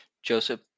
Joseph